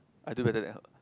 I do better than her